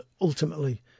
ultimately